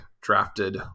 drafted